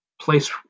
place